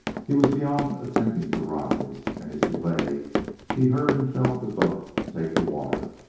he was beyond attempting to rise, and as he lay he heard and felt the boat take the water.